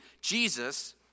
Jesus